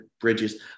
Bridges